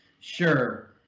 Sure